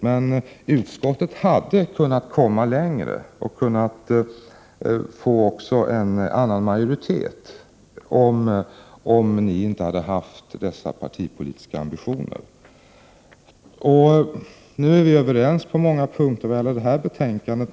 Men utskottet hade kunnat komma längre. Dessutom hade det varit möjligt att få en annan majoritet, om ni inte hade haft nämnda partipolitiska ambitioner. Nu är vi överens på många punkter vad gäller detta betänkande.